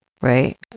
Right